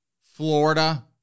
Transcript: Florida